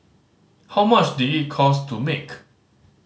how much did it cost to make